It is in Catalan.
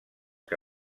que